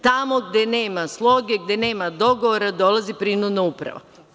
Tamo gde nema sloge, gde nema dogovora, dolazi prinudna uprava.